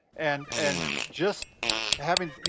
and and just having, you